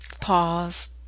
pause